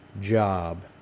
job